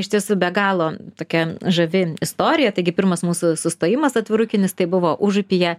iš tiesų be galo tokia žavi istorija taigi pirmas mūsų sustojimas atvirukinis tai buvo užupyje